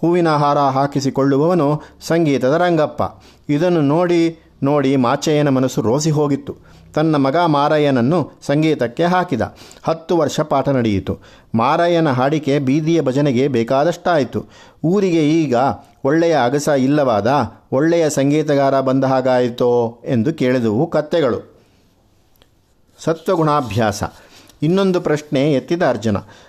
ಹೂವಿನ ಹಾರ ಹಾಕಿಸಿಕೊಳ್ಳುವವನು ಸಂಗೀತದ ರಂಗಪ್ಪ. ಇದನ್ನು ನೋಡಿ- ನೋಡಿ ಮಾಚ್ಚಯ್ಯನ ಮನಸ್ಸು ರೋಸಿ ಹೋಗಿತ್ತು. ತನ್ನ ಮಗ ಮಾರಯ್ಯನನ್ನು ಸಂಗೀತಕ್ಕೆ ಹಾಕಿದ. ಹತ್ತು ವರ್ಷ ಪಾಠ ನಡೆಯಿತು. ಮಾರಯ್ಯನ ಹಾಡಿಕೆ ಬೀದಿಯ ಭಜನೆಗೆ ಬೇಕಾದಷ್ಟಾಯ್ತು. ಊರಿಗೆ ಈಗ ಒಳ್ಳೆಯ ಅಗಸ ಇಲ್ಲವಾದ, ಒಳ್ಳೆಯ ಸಂಗೀತಗಾರ ಬಂದ ಹಾಗಾಯ್ತೋ, ಎಂದು ಕೇಳಿದವು ಕತ್ತೆಗಳು. ಸತ್ವಗುಣಾಭ್ಯಾಸ. ಇನ್ನೊಂದು ಪ್ರಶ್ನೆ ಎತ್ತಿದ ಅರ್ಜುನ.